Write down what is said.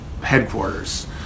headquarters